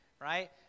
right